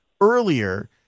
earlier